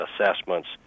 assessments